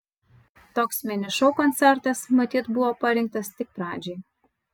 toks mini šou koncertas matyt buvo parinktas tik pradžiai